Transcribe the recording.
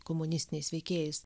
komunistiniais veikėjais